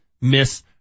miss